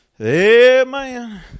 Amen